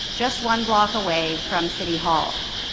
just one block away from city hall.